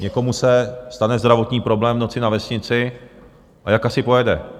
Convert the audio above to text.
Někomu se stane zdravotní problém v noci na vesnici a jak asi pojede?